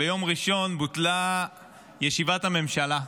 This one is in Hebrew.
ביום ראשון בוטלה ישיבת הממשלה.